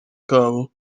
kabo